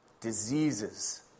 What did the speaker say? diseases